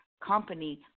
company